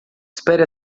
espere